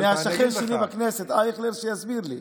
מהשכן שלי בכנסת, אייכלר, שיסביר לי.